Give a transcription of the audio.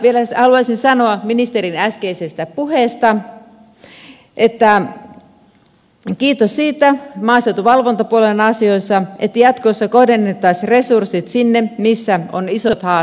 vielä haluaisin sanoa ministerin äskeisestä puheesta että kiitos siitä maaseudun valvontapuolen asioissa että jatkossa kohdennettaisiin resurssit sinne missä on isot haasteet